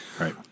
right